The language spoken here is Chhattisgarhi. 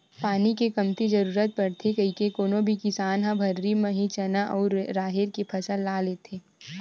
पानी के कमती जरुरत पड़थे कहिके कोनो भी किसान ह भर्री म ही चना अउ राहेर के फसल ल लेथे